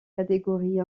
catégories